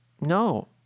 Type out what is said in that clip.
No